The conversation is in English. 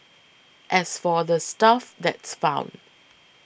as for the stuff that's found